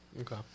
Okay